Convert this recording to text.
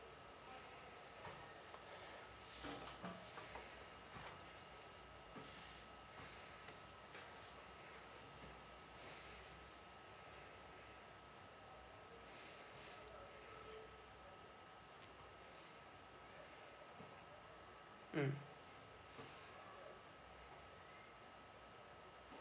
mm